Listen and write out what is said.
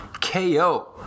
KO